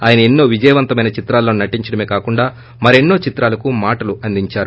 ఆయన ఎన్నో విజయవంతమైన చిత్రాల్లో నటించడమే కాకుండా మరెన్నో చిత్రాలకు మాటలు అందిందారు